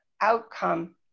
outcome